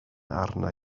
arna